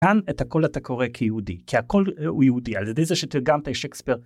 כאן את הכל אתה קורא כיהודי כי הכל הוא יהודי. על ידי זה שתרגמתי שייקספיר.